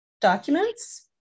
documents